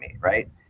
right